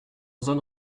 zone